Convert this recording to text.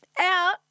Out